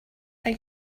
are